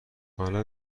حالا